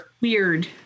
Weird